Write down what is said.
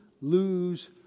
lose